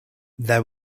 there